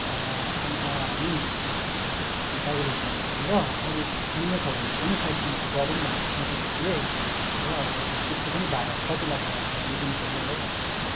अन्त हामी त्यो टाइगर हिल घुमिसकेर अरू अन्य ठाउँहरू पनि साइड सिन गरौँ भनेर सोचेको थिएँ र त्यसको पनि भाडाहरू कति लाग्छ भनिदिनु पर्यो है